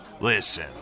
Listen